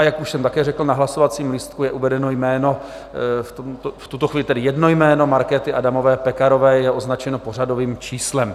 Jak už jsem také řekl, na hlasovacím lístku je uvedeno jméno, v tuto chvíli tedy jedno jméno Markéty Adamové Pekarové, a je označeno pořadovým číslem.